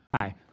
Hi